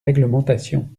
réglementation